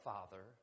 Father